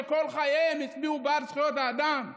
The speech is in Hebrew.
שכל חייהם הצביעו בעד זכויות האדם,